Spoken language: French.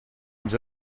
nous